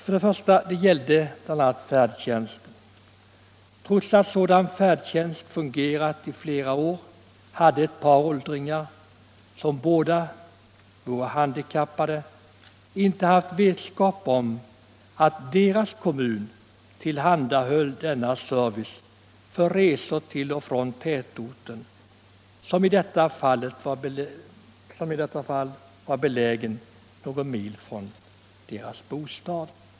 Ett fall gällde färdtjänsten. Trots att sådan färdtjänst fungerat i flera år hade ett par åldringar, som båda var handikappade, inte haft vetskap om att deras kommun tillhandahöll denna service för resor till och från tätorten, som i detta fall var belägen någon mil från deras bostad.